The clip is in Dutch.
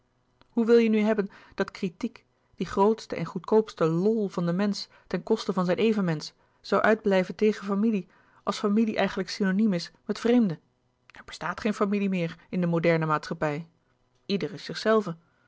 hoe wil je nu hebben dat kritiek die grootste en goedkoopste lol van den mensch ten koste van zijn evenmensch zoû uitblijven tegen familie als familie eigenlijk synoniem is met vreemde er bestaat geen familie meer in de moderne maatschappij ieder